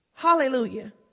Hallelujah